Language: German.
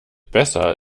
besser